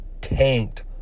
tanked